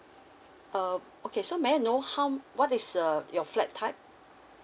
um okay so may I know how what is uh your flat type